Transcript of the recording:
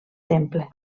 temple